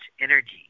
energy